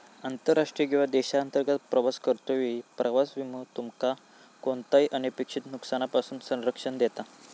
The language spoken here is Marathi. आंतरराष्ट्रीय किंवा देशांतर्गत प्रवास करतो वेळी प्रवास विमो तुमका कोणताही अनपेक्षित नुकसानापासून संरक्षण देता